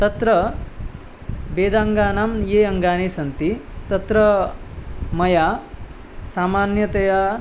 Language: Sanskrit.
तत्र वेदाङ्गानां ये अङ्गानि सन्ति तत्र मया सामान्यतया